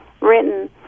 written